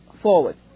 forward